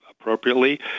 appropriately